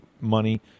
money